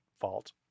fault